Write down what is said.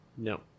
No